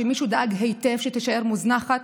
שמישהו דאג היטב שתישאר מוזנחת,